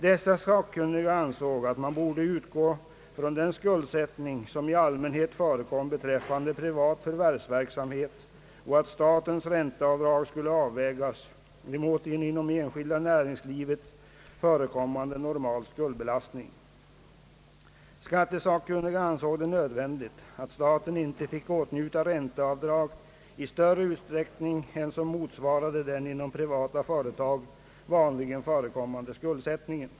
Dessa sakkunniga ansåg att man borde utgå från den skuldsättning som i allmänhet förekom beträffande privat förvärvsverksamhet och att sta tens ränteavdrag skulle avvägas mot en inom det enskilda näringslivet förekommande normal skuldbelastning. Skattesakkunniga ansåg det nödvändigt att staten inte fick åtnjuta ränteavdrag i större utsträckning än som motsvarade den inom privata företag vanligen förekommande skuldsättningen.